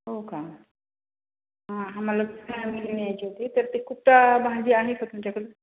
हो का ह आम्हाला फॅमिली न्यायची होती तर ते कुठं भाजी आहे का तुमच्याकडे